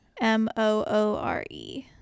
M-O-O-R-E